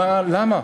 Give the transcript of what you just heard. למה?